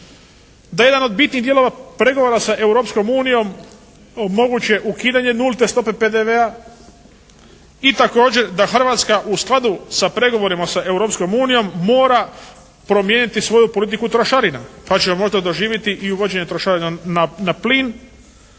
da je jedan od bitnih dijelova pregovora sa Europskom unijom moguće ukidanje nule stope PDV-a i također da Hrvatska u skladu sa pregovorima sa Europskom unijom mora promijeniti svoju politiku trošarina, pa ćemo možda doživjeti i uvođenje trošarina na plin